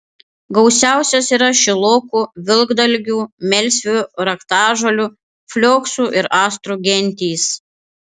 gausiausios yra šilokų vilkdalgių melsvių raktažolių flioksų ir astrų gentys